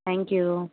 thank you